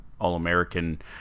all-american